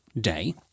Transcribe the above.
day